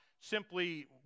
simply